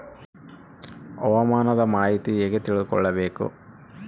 ಹವಾಮಾನದ ಮಾಹಿತಿ ಹೇಗೆ ತಿಳಕೊಬೇಕು?